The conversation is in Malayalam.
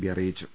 ബി അറിയിച്ചു